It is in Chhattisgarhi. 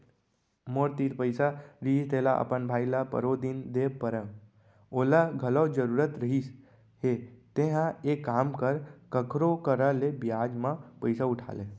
मोर तीर पइसा रहिस तेला अपन भाई ल परोदिन दे परेव ओला घलौ जरूरत रहिस हे तेंहा एक काम कर कखरो करा ले बियाज म पइसा उठा ले